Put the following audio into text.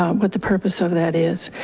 um what the purpose of that is.